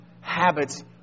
habits